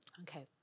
Okay